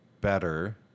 better